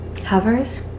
hovers